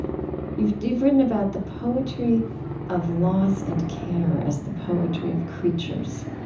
you've you've written about the poetry of loss and care as the poetry of creatures.